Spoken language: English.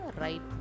right